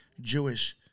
Jewish